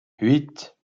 huit